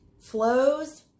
flows